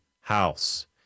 house